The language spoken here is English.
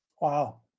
Wow